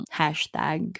hashtag